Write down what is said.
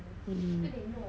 mm